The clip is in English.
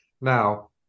Now